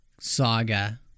saga